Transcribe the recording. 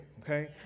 okay